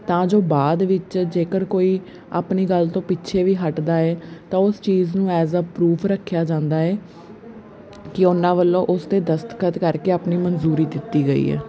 ਤਾਂ ਜੋ ਬਾਅਦ ਵਿੱਚ ਜੇਕਰ ਕੋਈ ਆਪਣੀ ਗੱਲ ਤੋਂ ਪਿੱਛੇ ਵੀ ਹਟਦਾ ਹੈ ਤਾਂ ਉਸ ਚੀਜ਼ ਨੂੰ ਐਜ ਆ ਪਰੂਫ ਰੱਖਿਆ ਜਾਂਦਾ ਹੈ ਕਿ ਉਹਨਾਂ ਵੱਲੋਂ ਉਸਦੇ ਦਸਤਖਤ ਕਰਕੇ ਆਪਣੀ ਮਨਜ਼ੂਰੀ ਦਿੱਤੀ ਗਈ ਹੈ